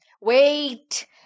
Wait